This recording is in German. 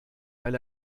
weil